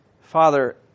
Father